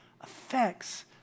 affects